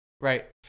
right